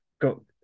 go